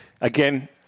Again